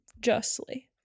justly